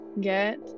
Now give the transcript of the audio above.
get